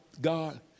God